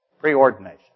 Preordination